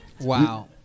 Wow